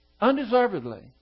undeservedly